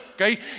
okay